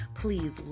please